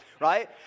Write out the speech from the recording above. right